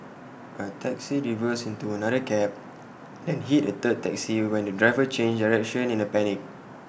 A taxi reversed into another cab then hit A third taxi when the driver changed direction in A panic